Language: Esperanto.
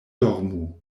dormu